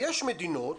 יש מדינות